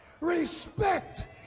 Respect